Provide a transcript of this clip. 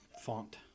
font